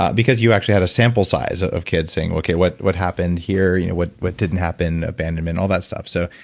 ah because you actually had a sample size of kids saying, okay, what what happened here? you know what what didn't happen? abandonment, all that stuff. so,